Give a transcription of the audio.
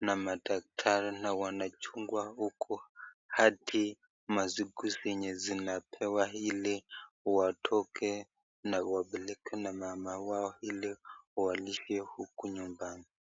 na madaktari na wanachungwa huku hadi masiku zenye zimepewa ili watoke na wapelekwa na mama wao ili walishwe huko nyumbani.